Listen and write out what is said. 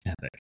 Epic